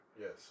Yes